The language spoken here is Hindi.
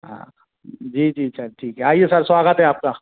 हाँ जी जी सर ठीक है आइए सर स्वागत है आपका